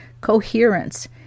Coherence